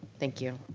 thank you.